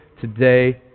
today